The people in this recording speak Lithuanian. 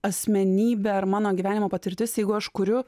asmenybė ar mano gyvenimo patirtis jeigu aš kuriu